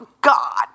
God